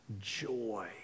joy